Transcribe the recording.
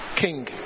King